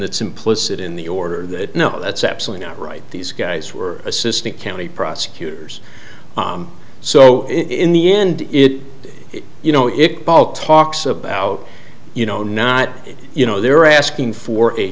that's implicit in the order that no that's absolutely not right these guys were assistant county prosecutors so in the end it you know it paul talks about you know not you know they're asking for a